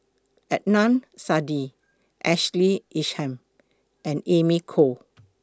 Adnan Saidi Ashley Isham and Amy Khor